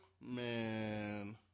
Man